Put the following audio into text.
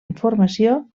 informació